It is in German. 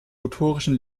motorischen